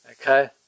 Okay